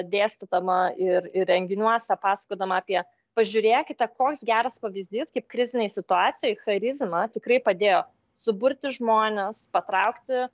dėstydama ir ir renginiuose pasakodama apie pažiūrėkite koks geras pavyzdys kaip krizinei situacijai charizma tikrai padėjo suburti žmones patraukti